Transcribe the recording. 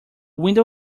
window